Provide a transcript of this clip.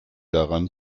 daran